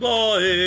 Boy